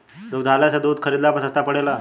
दुग्धालय से दूध खरीदला पर सस्ता पड़ेला?